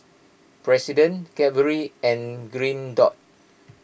President Cadbury and Green Dot